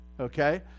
okay